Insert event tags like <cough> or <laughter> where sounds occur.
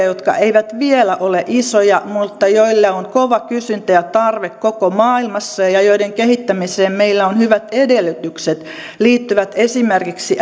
<unintelligible> jotka eivät vielä ole isoja mutta joille on kova kysyntä ja tarve koko maailmassa ja ja joiden kehittämiseen meillä on hyvät edellytykset liittyvät esimerkiksi <unintelligible>